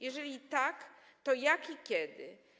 Jeżeli tak, to jak i kiedy?